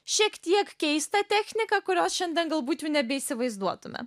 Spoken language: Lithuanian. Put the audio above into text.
šiek tiek keistą techniką kurios šiandien galbūt jau nebeįsivaizduotume